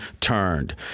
turned